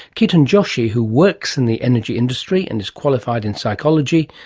ketan joshi, who works in the energy industry and is qualified in psychology,